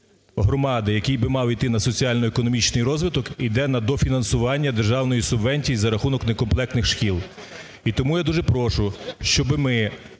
громади, який би мав іти на соціально-економічний розвиток, іде на дофінансування державної субвенції за рахунок некомплектних шкіл. І тому я дуже прошу, щоб ми